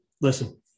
Listen